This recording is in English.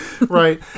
right